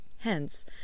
Hence